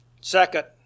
Second